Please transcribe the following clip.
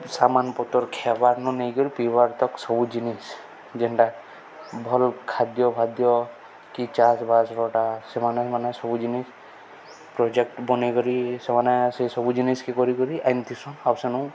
ସାମାନ୍ ପତର୍ ଖାଏବାର୍ନୁ ନେଇକରି ପିଇବାର୍ତକ ସବୁ ଜିନିଷ୍ ଯେନ୍ଟା ଭଲ୍ ଖାଦ୍ୟ ଫାଦ୍ୟ କି ଚାଷ୍ ବାଷ୍ରଟା ସେମାନେ ସେମାନେ ସବୁ ଜିନିଷ୍ ପ୍ରୋଜେକ୍ଟ୍ ବନେଇକରି ସେମାନେ ସେ ସବୁ ଜିନିଷ୍କେ କରିିକରି ଆନିଥିସନ୍ ଆଉ ସେନୁ